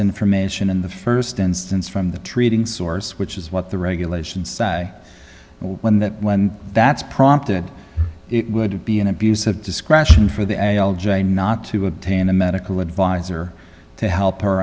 information in the first instance from the treating source which is what the regulations say when that when that's prompted it would be an abuse of discretion for the a l j not to obtain a medical adviser to help her